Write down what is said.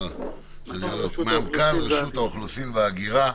מנכ"ל רשות האוכלוסין וההגירה,